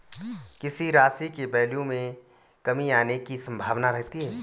किसी राशि के वैल्यू में कमी आने की संभावना रहती है